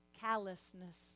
callousness